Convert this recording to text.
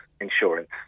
insurance